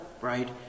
right